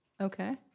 Okay